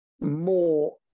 more